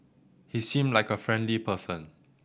he seemed like a friendly person